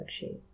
worksheet